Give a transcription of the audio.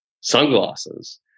sunglasses